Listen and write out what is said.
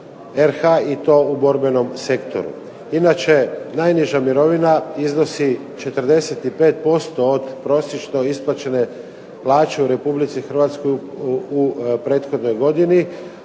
i to u borbenom sektoru. Inače, najniža mirovina iznosi 45% od prosječno isplaćene plaće u RH u prethodnoj godini.